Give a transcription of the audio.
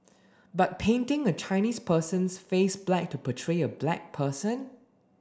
but painting a Chinese person's face black to portray a black person